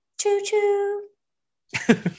Choo-choo